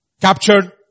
captured